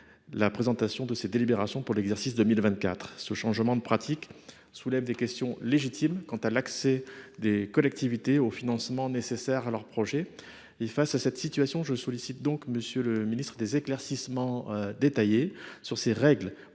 la présentation de ces délibérations. Ce changement de pratique soulève des questions légitimes quant à l’accès des collectivités aux financements nécessaires à leurs projets. Face à cette situation, je sollicite de votre part, monsieur le ministre, des éclaircissements détaillés sur ces règles,